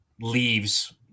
leaves